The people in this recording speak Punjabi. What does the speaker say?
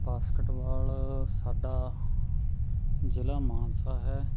ਬਾਸਕਟਬਾਲ ਸਾਡਾ ਜ਼ਿਲ੍ਹਾ ਮਾਨਸਾ ਹੈ